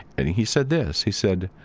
and he said this. he said,